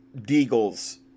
Deagle's